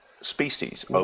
species